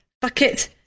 Bucket